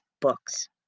books